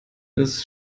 ist